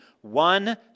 One